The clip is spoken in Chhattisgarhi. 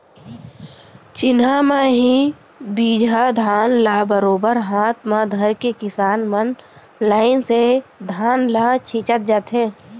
चिन्हा म ही बीजहा धान ल बरोबर हाथ म धरके किसान मन लाइन से धान ल छींचत जाथें